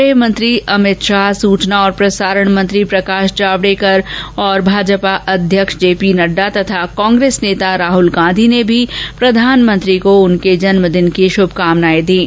गृहमंत्री अमित शाह सूचना और प्रसारण मंत्री प्रकाश जावड़ेकर और भाजपा अध्यक्ष जे पी नड्डा और कांग्रेस नेता राहल गांधी ने भी प्रधानमंत्री को उनके जन्मदिवस पर श्रभकामनाए दी हैं